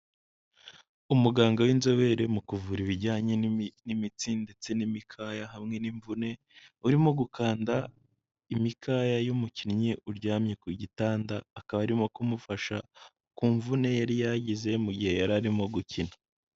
Umuganga w'inzobere mu kuvura ibijyanye n'imitsi ndetse n'imikaya hamwe n'imvune, urimo gukanda imikaya y'umukinnyi uryamye ku gitanda, akaba arimo kumufasha ku mvune yari yageze mu gihe yari arimo gukina.